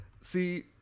See